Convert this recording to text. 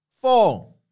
Four